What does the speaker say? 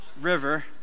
river